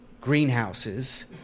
greenhouses